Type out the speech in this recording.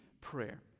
prayer